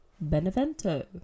Benevento